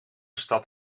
stad